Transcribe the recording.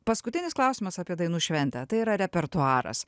paskutinis klausimas apie dainų šventę tai yra repertuaras